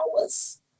hours